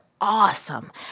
awesome